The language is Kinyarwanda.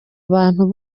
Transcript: abantu